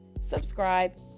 subscribe